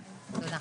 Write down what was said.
תודה.